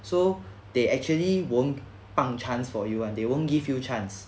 so they actually won't bang chance for you [one] they won't give you chance